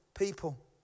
people